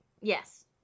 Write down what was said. Yes